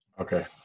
Okay